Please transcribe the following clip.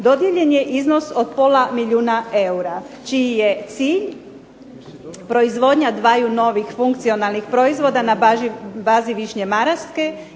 dodijeljen je iznos od pola milijuna eura, čiji je cilj proizvodnja dvaju novih funkcionalnih proizvoda na bazi višnje maraske